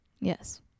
yes